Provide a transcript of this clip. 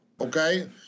Okay